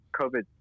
COVID